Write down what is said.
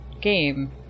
game